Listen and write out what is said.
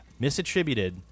Misattributed